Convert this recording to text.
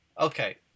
Okay